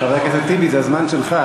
חבר הכנסת טיבי, זה הזמן שלך.